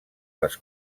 les